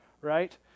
right